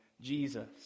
Jesus